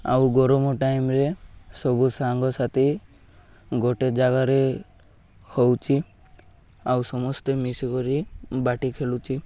ଆଉ ଗରମ ଟାଇମ୍ରେ ସବୁ ସାଙ୍ଗସାଥି ଗୋଟେ ଜାଗାରେ ହେଉଛି ଆଉ ସମସ୍ତେ ମିଶିକରି ବାଟି ଖେଳୁଛି